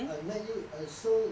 I met you like si~